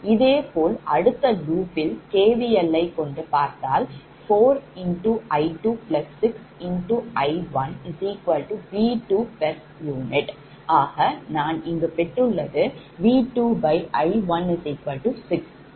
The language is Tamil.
இதேபோல் அடுத்த loop ல் KVL யை கொண்டு பார்த்தால் 4 X I26 X I1V2 pu ஆக நான் இங்கு பெற்றுள்ளதுV2I16Z21